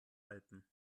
alpen